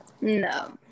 No